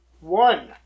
One